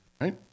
Right